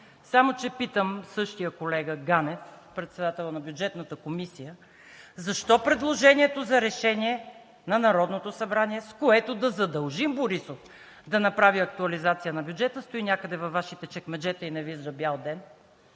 Само че питам същия колега Ганев – председател на Бюджетната комисия, защо предложението за решение на Народното събрание, с което да задължи Борисов да направи актуализация на бюджета, стои някъде във Вашите чекмеджета и не вижда бял ден?